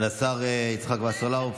תודה רבה לשר יצחק וסרלאוף.